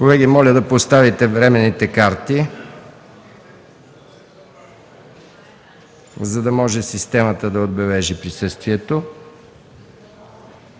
колеги, моля да поставите временните карти, за да може системата да отбележи присъствието